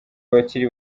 abakiri